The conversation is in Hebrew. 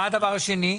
מה הדבר השני?